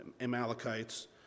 Amalekites